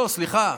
לא סליחה,